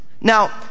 Now